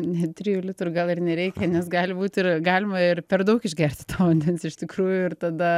ne trijų litrų gal ir nereikia nes gali būt ir galima ir per daug išgerti to vandens iš tikrųjų ir tada